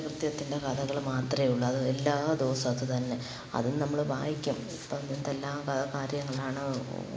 കുറ്റകൃത്യത്തിൻ്റെ കഥകൾ മാത്രം ഉള്ളു അത് എല്ലാദിവസവും അതു തന്നെ അതും നമ്മൾ വായിക്കും ഇപ്പോൾ എന്തെല്ലാം ക കാര്യങ്ങളാണ്